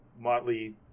motley